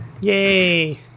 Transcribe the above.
Yay